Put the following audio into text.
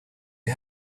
you